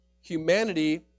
humanity